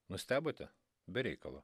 nustebote be reikalo